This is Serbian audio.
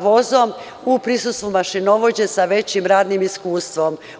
vozom u prisustvu mašinovođe sa većim radnim iskustvom.